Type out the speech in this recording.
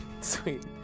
Sweet